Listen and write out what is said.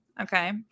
Okay